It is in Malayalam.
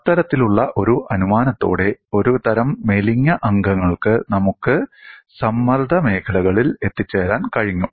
അത്തരത്തിലുള്ള ഒരു അനുമാനത്തോടെ ഒരു തരം മെലിഞ്ഞ അംഗങ്ങൾക്ക് നമുക്ക് സമ്മർദ്ദ മേഖലകളിൽ എത്തിച്ചേരാൻ കഴിഞ്ഞു